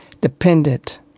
dependent